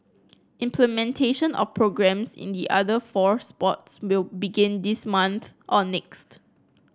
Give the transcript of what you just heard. implementation of programmes in the other four sports will begin this month or next